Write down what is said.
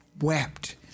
wept